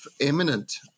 eminent